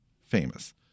famous